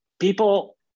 people